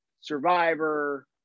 Survivor